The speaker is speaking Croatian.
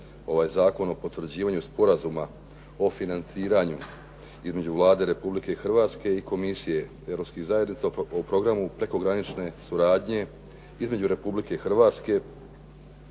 ovaj Zakon o potvrđivanju sporazuma o financiranju između Vlade Republike Hrvatske i Komisije europskih zajednica o programu prekogranične suradnje između Republike Hrvatske